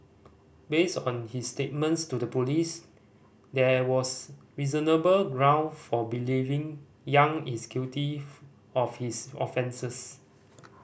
based on his statements to the police there was reasonable ground for believing Yang is guilty of his offences